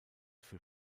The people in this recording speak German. für